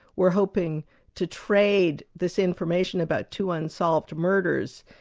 were hoping to trade this information about two unsolved murders,